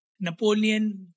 Napoleon